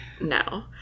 No